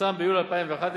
פורסם ביולי 2011,